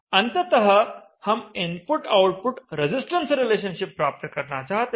अंततः हम input output resistance relationship प्राप्त करना चाहते हैं